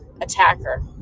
attacker